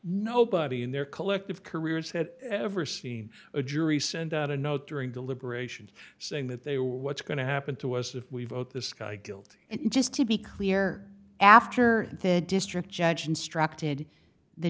nobody in their collective careers had ever seen a jury send out a note during deliberations saying that they were what's going to happen to us if we vote this guy guilty and just to be clear after the district judge instructed the